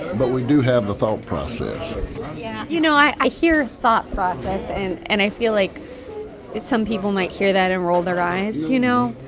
but we do have the thought process yeah. you know, i hear thought process and and i feel like some people might hear that and roll their eyes. you know?